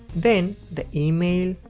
then, the email